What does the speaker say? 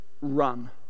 run